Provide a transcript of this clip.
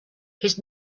his